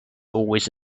always